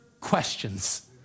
questions